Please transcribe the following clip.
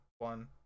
one